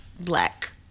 black